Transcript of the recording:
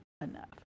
enough